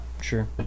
sure